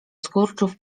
skurczów